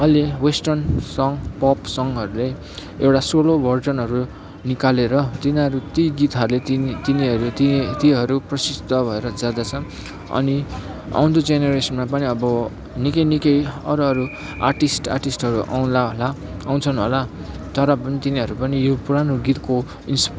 अहिले western song pop सङहरूले एउटा सोलो भर्जनहरू निकालेर तिनीहरू ती गीतहरूले तिनी तिनीहरू ती तीहरू प्रसिद्ध भएर जादँछन अनि आउँदो जेनेरेसनमा पनि अब निकै निकै अरू अरू आर्टिस्ट आर्टिस्टहरू आउला होला आउँछन् होला तर पनि तिनीहरू पनि यो पुरानो गीतको